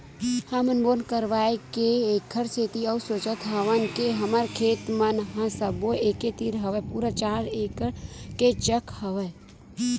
हमन बोर करवाय के ऐखर सेती अउ सोचत हवन के हमर खेत मन ह सब्बो एके तीर हवय पूरा चार एकड़ के चक हवय